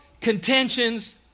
contentions